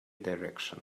direction